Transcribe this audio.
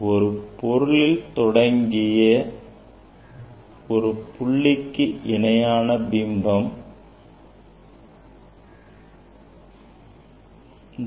இது பொருளில் தொடங்கிய ஒரு புள்ளிக்கு இணையான பிம்பம் புள்ளி ஆகும்